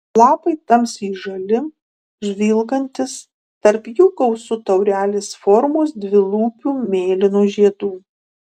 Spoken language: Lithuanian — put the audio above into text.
lapai tamsiai žali žvilgantys tarp jų gausu taurelės formos dvilūpių mėlynų žiedų